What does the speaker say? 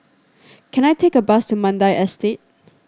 can I take a bus to Mandai Estate